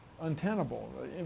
untenable